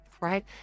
right